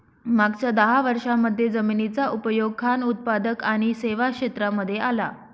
मागच्या दहा वर्षांमध्ये जमिनीचा उपयोग खान उत्पादक आणि सेवा क्षेत्रांमध्ये आला